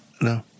No